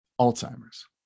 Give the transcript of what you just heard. Alzheimer's